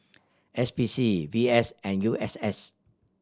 S P C V S and U S S